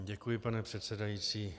Děkuji, pane předsedající.